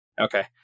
Okay